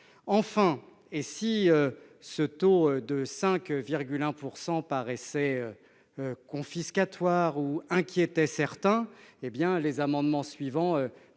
Enfin, si ce taux de 5,1 % devait paraître confiscatoire, ou inquiéter certains, les amendements suivants